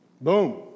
Boom